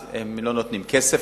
אז הם לא נותנים כסף,